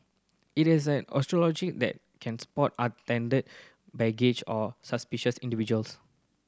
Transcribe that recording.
it has an algorithm that can spot unattended baggage or suspicious individuals